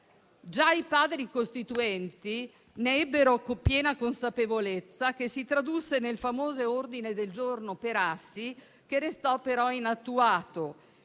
Già i Padri costituenti ne ebbero piena consapevolezza ed essa si tradusse nel famoso ordine del giorno Perassi, che restò però inattuato.